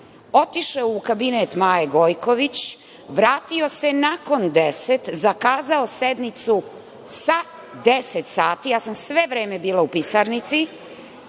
otišao u kabinet Maje Gojković, vratio se nakon 10.00, zakazao sednicu sa 10.00 sati. Ja sam sve vreme bila u pisarnici,